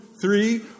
three